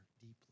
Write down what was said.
deeply